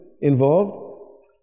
involved